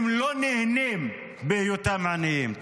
הם לא נהנים מהיותם עניים.